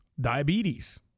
diabetes